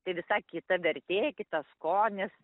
tai visa kita vertė kitas skonis